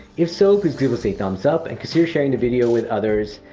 if so, please give us a thumbs up and consider sharing the video with others.